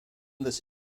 this